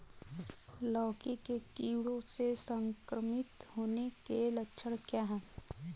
लौकी के कीड़ों से संक्रमित होने के लक्षण क्या हैं?